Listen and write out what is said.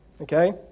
okay